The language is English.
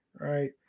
right